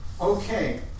Okay